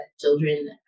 children